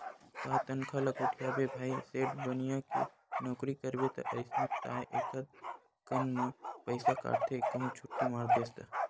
का तनखा ल गोठियाबे भाई सेठ बनिया के नउकरी करबे ता अइसने ताय एकक कन म पइसा काटथे कहूं छुट्टी मार देस ता